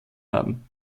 haben